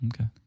Okay